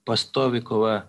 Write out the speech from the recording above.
pastovi kova